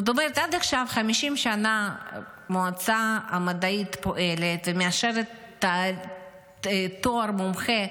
זאת אומרת שעד עכשיו 50 שנה המועצה המדעית פועלת ומאשרת תואר מומחה,